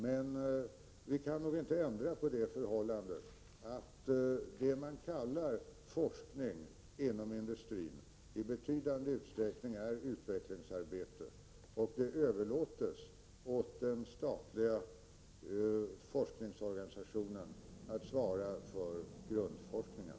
Men vi kan inte ändra på det förhållandet att vad man inom industrin kallar forskning i betydande utsträckning är utvecklingsarbete. Det överlåts till den statliga forskningsorganisationen att svara för grundforskningen.